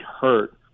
hurt